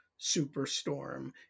superstorm